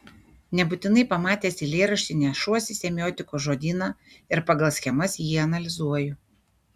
nebūtinai pamatęs eilėraštį nešuosi semiotikos žodyną ir pagal schemas jį analizuoju